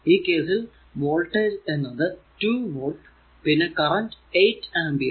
ഈ കേസിൽ വോൾടേജ് എന്നത് 2 വോൾട് പിന്നെ കറന്റ് 8 ആമ്പിയർ